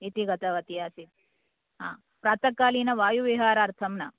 इति गतवती आसीत् प्रात कालीन वायुविहारार्थं न